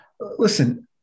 listen